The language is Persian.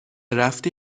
رفتی